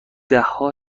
دهها